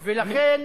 לכן,